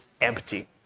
empty